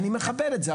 אני מכבד את זה,